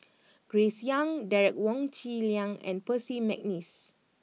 Grace Young Derek Wong Zi Liang and Percy McNeice